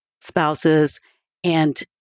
spouses—and